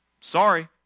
sorry